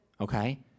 Okay